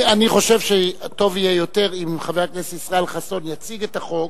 אני חושב שיהיה טוב יותר אם חבר הכנסת ישראל חסון יציג את החוק.